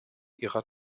ihrer